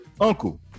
uncle